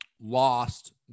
lost